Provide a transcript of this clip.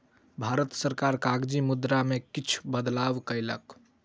भारत सरकार कागजी मुद्रा में किछ बदलाव कयलक